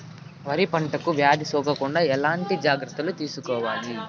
వరి పంటకు వ్యాధి సోకకుండా ఎట్లాంటి జాగ్రత్తలు తీసుకోవాలి?